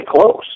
close